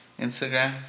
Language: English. Instagram